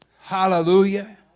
Hallelujah